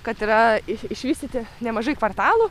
kad yra iš išvystyti nemažai kvartalų